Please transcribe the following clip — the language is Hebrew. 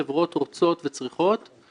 וחברות ההייטק נאנקות תחת החוסר של מתכנתים.